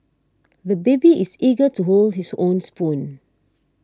the baby is eager to hold his own spoon